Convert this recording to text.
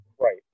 Right